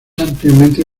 ampliamente